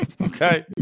Okay